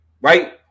right